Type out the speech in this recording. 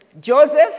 Joseph